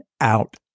out